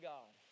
God